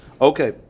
okay